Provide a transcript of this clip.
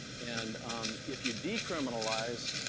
and if you decriminalize,